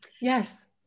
Yes